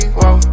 whoa